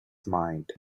mind